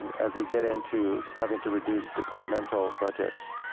as we get into having to reduce departmental budgets.